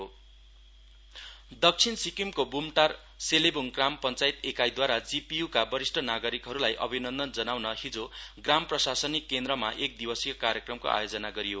felicitation Sikkim citizen दक्षिण सिक्किमिको ब्मटार सेलेब्ङ ग्राम पञ्चायत एकाईद्वारा जिपिय्का वरिष्ठ नागरिकगणलाई अभिनन्दन जनाउन हिजो ग्राम प्रशासनिक केन्द्रमा एक दिवसीय कार्यक्रमको आयोजना गरियो